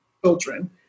children